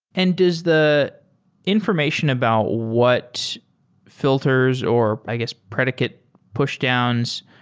and does the information about what fi lters or i guess predicate push downs,